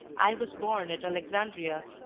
i was born at alexandria,